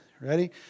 Ready